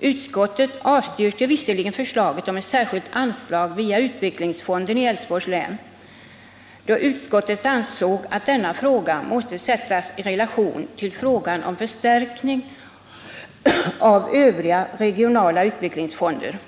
Visserligen avstyrker utskottet förslaget om ett särskilt anslag via utvecklingsfonden i Älvsborgs län, då utskottet ansett att denna fråga måste sättas i relation till frågan om förstärkning av övriga regionala utvecklingsfonder,